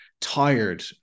tired